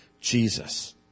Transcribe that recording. Jesus